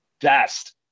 best